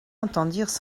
entendirent